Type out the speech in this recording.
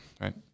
right